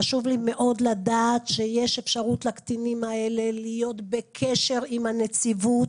חשוב לי מאוד לדעת שיש אפשרות לקטינים האלה להיות בקשר עם הנציבות,